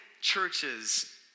churches